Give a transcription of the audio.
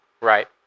right